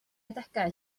adegau